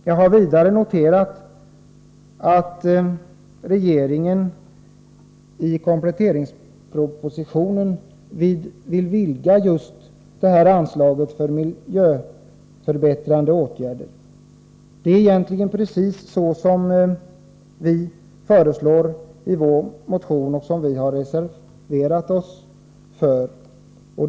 Jag har vidare noterat att regeringen i kompletteringspropositionen vill vidga just anslaget till miljöförbättrande åtgärder. Det är egentligen precis detta som vi föreslår i vår motion och reservation.